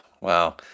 Wow